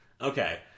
Okay